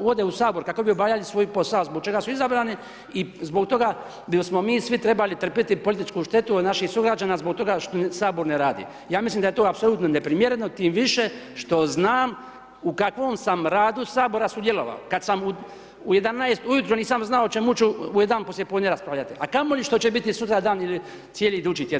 ovdje u Sabor kako bi obavljali svoj posao, zbog čega su izabrani i zbog toga bismo mi svi trebali trpjeti političku štetu od naših sugrađana, zbog toga što Sabor ne radim, ja mislim da je to apsolutno neprimjereno, tim više, što znam u kakvom sam radu Sabora sudjelovao, kada sam u 11 ujutro, nisam znao o čemu ću u 1 poslijepodne raspravljati, a kamo li što će biti sutradan ili cijeli idući tjedan.